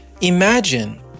Imagine